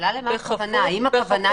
בכפוף